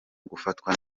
gufatwa